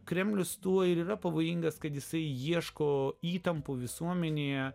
kremlius tuo ir yra pavojingas kad jisai ieško įtampų visuomenėje